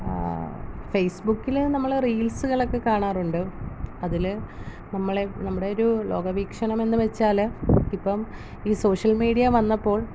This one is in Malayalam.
ഫേസ്ബുക്കില് നമ്മള് റീൽസുകളൊക്കെ കാണാറുണ്ട് അതില് നമ്മളുടെ നമ്മുടെ ഒരു ലോകവീക്ഷണം എന്നുവച്ചാല് ഇപ്പം ഈ സോഷ്യൽ മീഡിയ വന്നപ്പോൾ